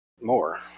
more